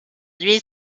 nuits